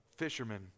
Fishermen